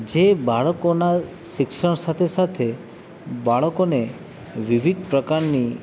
જે બાળકોના શિક્ષણ સાથે સાથે બાળકોને વિવિધ પ્રકારની